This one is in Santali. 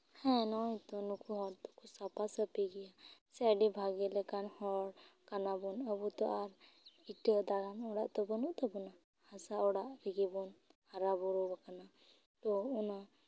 ᱡᱮ ᱦᱮᱸ ᱱᱚᱜᱼᱚᱭ ᱛᱚ ᱱᱩᱠᱩ ᱦᱚᱸᱠᱚ ᱥᱟᱯᱟᱼᱥᱟᱹᱯᱤ ᱜᱮᱭᱟ ᱥᱮ ᱟᱹᱰᱤ ᱵᱷᱟᱜᱮ ᱞᱮᱠᱟᱱ ᱦᱚᱲ ᱠᱟᱱᱟ ᱵᱚᱱ ᱟᱵᱚ ᱫᱚ ᱟᱨ ᱤᱴᱟᱹ ᱫᱟᱞᱟᱱ ᱚᱲᱟᱜ ᱫᱚ ᱵᱟᱹᱱᱩᱜ ᱛᱟᱵᱚᱱᱟ ᱦᱟᱥᱟ ᱚᱲᱟᱜ ᱨᱮᱜᱮ ᱵᱚᱱ ᱦᱟᱨᱟ ᱵᱩᱨᱩᱣᱟᱠᱟᱱᱟ ᱛᱚ ᱚᱱᱟ